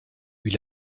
eût